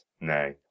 nay